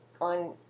on